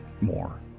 more